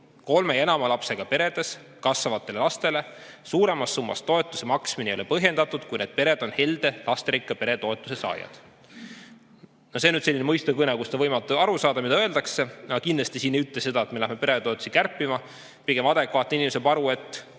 Kolme ja enama lapsega peredes kasvavatele lastele suuremas summas toetuse maksmine ei ole põhjendatud, kui need pered on helde lasterikka pere toetuse saajad." No see on nüüd selline mõistukõne, millest on võimatu aru saada, mida öeldakse, aga kindlasti siin ei öelda seda, et läheme peretoetusi kärpima. Pigem adekvaatne inimene saab aru, et